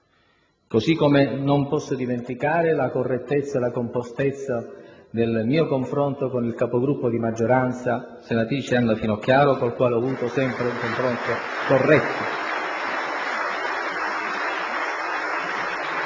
Così come non posso dimenticare la correttezza e la compostezza del mio confronto con il Capogruppo di maggioranza, senatrice Anna Finocchiaro *(Generali applausi)*, con la quale ho avuto sempre un confronto corretto.